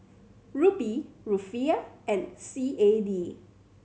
Rupee Rufiyaa and C A D